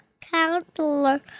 Counselor